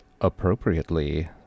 Appropriately